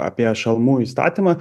apie šalmų įstatymą